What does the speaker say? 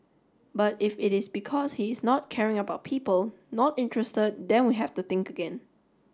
but if it is because he is not caring about people not interested then we have to think again